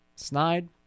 snide